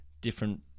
different